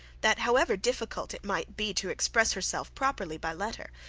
that however difficult it might be to express herself properly by letter,